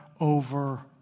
over